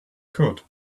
could